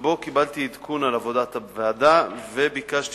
ובו קיבלתי עדכון על עבודת הוועדה וביקשתי